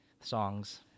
songs